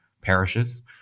parishes